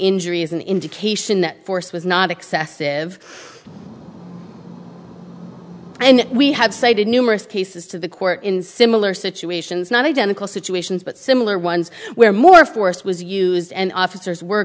injury is an indication that force was not excessive and we have cited numerous cases to the court in similar situations not identical situations but similar ones where more force was used and officers were